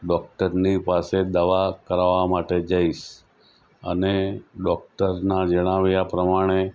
ડોક્ટરની પાસે દવા કરાવવા માટે જઈશ અને ડોક્ટરના જણાવ્યા પ્રમાણે